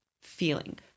feeling